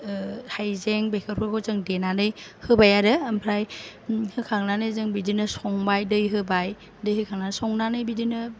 हाइजें बेफोरखौ जों देनानै होबाय आरो ओमफ्राय होखांनानै जों बिदिनो संबाय दै होबाय दै होखांनानै संनानै बिदिनो